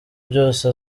byose